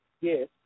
Yes